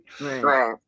Right